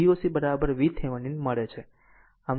i1 મૂકો i1 તમને Voc VThevenin મળે છે